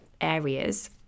areas